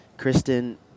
Kristen